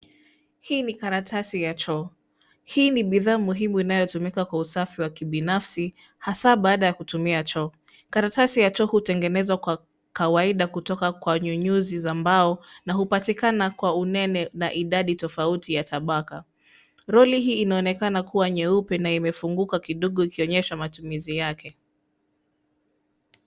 Hii ni karatasi ya choo. Hii ni bidhaa muhimu inayotumika kwa usafi wa kibinafsi, hasaa baada ya kutumia choo. Karatasi ya choo hutengenezwa kwa kawaida kutoka kwenye nyuzi za mbao na hupatikana kwa unene na idadi tofauti ya tabaka. Roli hii inaonekana kuwa nyeupe na imefunguka kidogo ikionyesha matumizi yake.